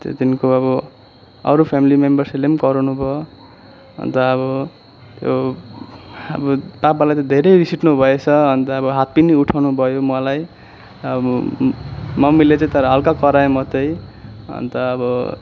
त्यो दिनको अब अरू फ्यामिली मेम्बर्सहरूले पनि कराउनु भयो अन्त अब त्यो अब पापालाई त धेरै रिस उठ्नु भएछ अन्त अब हात पनि उठाउनु भयो मलाई अब मम्मीले चाहिँ तर हल्का करायो मात्रै अन्त अब